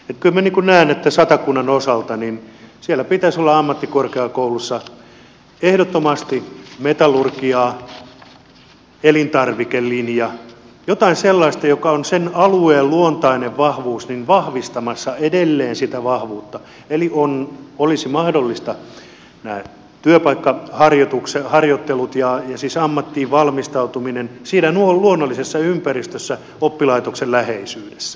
kyllä minä näen että satakunnan osalta siellä pitäisi olla ammattikorkeakoulussa ehdottomasti metallurgiaa elintarvikelinja jotain sellaista joka on vahvistamassa edelleen sen alueen luontaista vahvuutta eli olisivat mahdollisia nämä työpaikkaharjoittelut ja ammattiin valmistautuminen siinä luonnollisessa ympäristössä oppilaitoksen läheisyydessä